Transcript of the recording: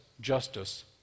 justice